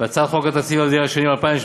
והצעת חוק תקציב המדינה לשנים 2017